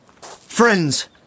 Friends